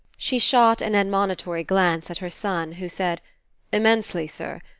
she shot an admonitory glance at her son, who said immensely, sir.